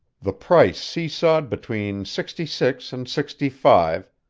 the price see-sawed between sixty-six and sixty-five,